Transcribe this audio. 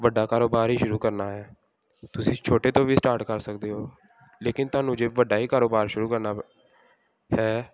ਵੱਡਾ ਕਾਰੋਬਾਰ ਹੀ ਸ਼ੁਰੂ ਕਰਨਾ ਹੈ ਤੁਸੀਂ ਛੋਟੇ ਤੋਂ ਵੀ ਸਟਾਰਟ ਕਰ ਸਕਦੇ ਹੋ ਲੇਕਿਨ ਤੁਹਾਨੂੰ ਜੇ ਵੱਡਾ ਹੀ ਕਾਰੋਬਾਰ ਸ਼ੁਰੂ ਕਰਨਾ ਹੈ